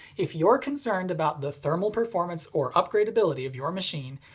if you're concerned about the thermal performance or upgradability of your machine,